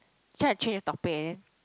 try to change the topic and then